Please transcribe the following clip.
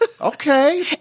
Okay